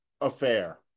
affair